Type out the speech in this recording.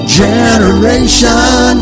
generation